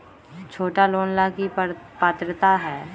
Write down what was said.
छोटा लोन ला की पात्रता है?